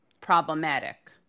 problematic